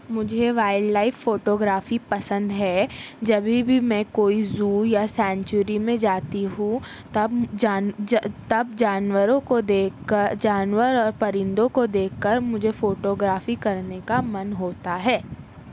مجھے wild life photography پسند ہے جبھی بھی میں کوئی زو یا سینچری میں جاتی ہوں تب تب جانوروں کو دیکھ کر جانور اور پرندوں کو دیکھ کر مجھے فوٹوگرافی کرنے کا من ہوتا ہے